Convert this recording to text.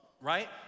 Right